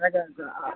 மேரேஜ்ஜா ஆ